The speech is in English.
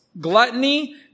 gluttony